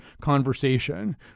conversation